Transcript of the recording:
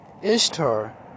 Ishtar